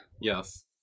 Yes